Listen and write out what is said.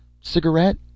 Cigarette